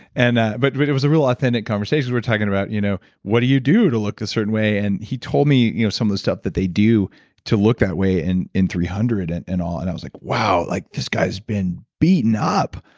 and but but it was a real authentic conversation. we were talking about, you know what do you do to look a certain way? and he told me you know some of the stuff that they do to look that way and in three hundred and and all and i was like, wow. like this guy's been beaten up.